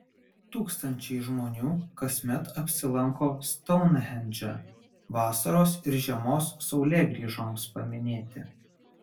tūkstančiai žmonių kasmet apsilanko stounhendže vasaros ir žiemos saulėgrįžoms paminėti